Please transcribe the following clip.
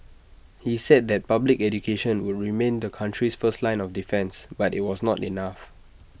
he said that public education would remain the country's first line of defence but IT was not enough